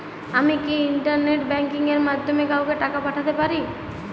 আমি কি internet banking এর মাধ্যমে কাওকে টাকা পাঠাতে পারি?